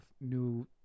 new